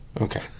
Okay